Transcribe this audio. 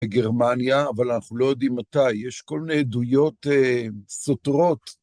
בגרמניה, אבל אנחנו לא יודעים מתי, יש כל מיני עדויות סותרות